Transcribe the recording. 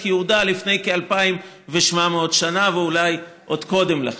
יהודה לפני כ-2,700 שנה ואולי עוד קודם לכן.